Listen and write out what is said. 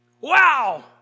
Wow